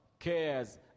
cares